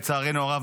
לצערנו הרב,